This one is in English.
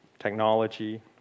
technology